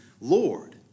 Lord